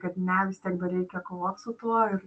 kad ne vis tiek dar reikia kovot su tuo ir